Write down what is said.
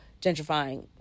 gentrifying